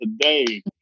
today